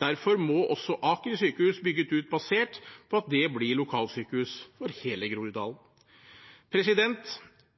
Derfor må også Aker sykehus bygges ut basert på at det blir lokalsykehus for hele Groruddalen.